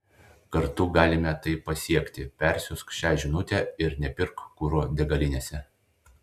kartu galime tai pasiekti persiųsk šią žinute ir nepirk kuro degalinėse